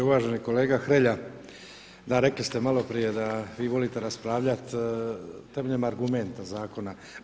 Uvaženi kolega Hrelja, da rekli ste malo prije da vi volite raspravljati temeljem argumenta, zakona.